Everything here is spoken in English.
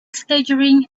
staggering